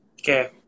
Okay